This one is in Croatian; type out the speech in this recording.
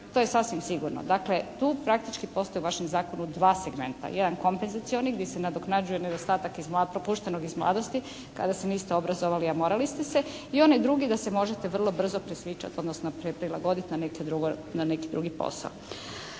To je sasvim sigurno. Dakle, tu praktički postoji u vašem Zakonu dva segmenta. Jedan kompenzacioni gdje se nadoknađuje nedostatak propuštenog iz mladosti, kada se niste obrazovali, a morali ste se i onaj drugi da se možete vrlo brzo …/Govornik se ne razumije./…, odnosno prilagoditi na neki drugi posao.